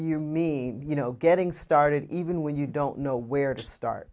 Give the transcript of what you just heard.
you mean you know getting started even when you don't know where to start